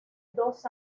dos